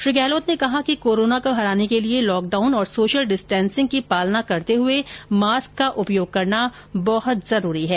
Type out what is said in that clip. श्री गहलोत ने कहा कि कोरोना को हराने के लिए लॉकडाउन और सोशल डिस्टेन्सिग की पालना करते हुए मास्क का उपयोग करना बेहद जरूरी है